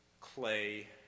clay